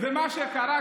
היא לא חברת